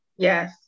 Yes